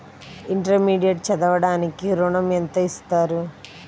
Intermediate చదవడానికి ఋణం ఎంత ఇస్తారు?